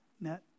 net